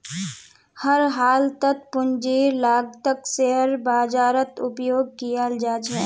हर हालतत पूंजीर लागतक शेयर बाजारत उपयोग कियाल जा छे